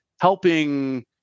helping